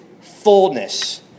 fullness